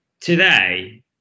Today